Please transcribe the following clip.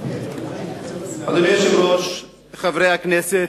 אדוני היושב-ראש, חברי הכנסת,